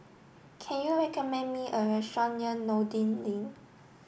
can you recommend me a restaurant near Noordin Lane